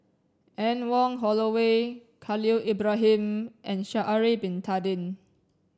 Anne Wong Holloway Khalil Ibrahim and Sha'ari bin Tadin